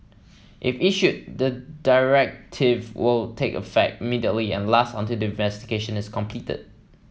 if issued the directive will take effect immediately and last until the investigation is completed